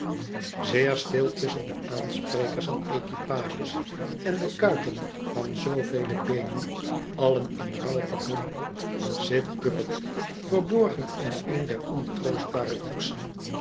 zeer stil tusschen de aansprekers en de equipages en de kuiten van zoovele beenen allen in rouw gedompeld zit bucket verborgen in een der ontroostbare koetsen